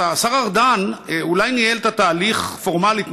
השר ארדן אולי ניהל את התהליך פורמלית,